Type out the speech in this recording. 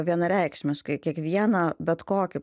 vienareikšmiškai kiekvieną bet kokį